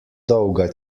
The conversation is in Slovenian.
dolga